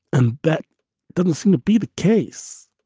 and but didn't seem be the case.